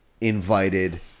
invited